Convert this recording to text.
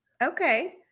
Okay